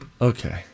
Okay